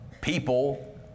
people